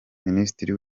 minisitiri